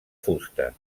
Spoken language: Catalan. fusta